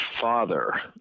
father